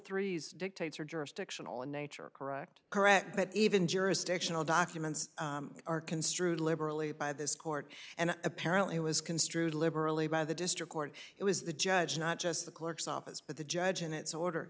three s dictates or jurisdictional in nature correct correct but even jurisdictional documents are construed liberally by this court and apparently was construed liberally by the district court it was the judge not just the clerk's office but the judge in its order